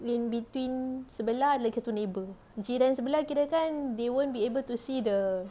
in between sebelah ada lagi satu neighbour jiran sebelah kirakan they won't be able to see the